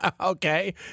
Okay